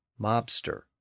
mobster